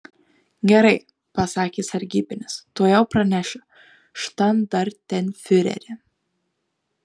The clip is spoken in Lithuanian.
gerai pasakė sargybinis tuojau pranešiu štandartenfiureri